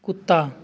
कुत्ता